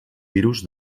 virus